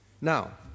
Now